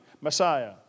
Messiah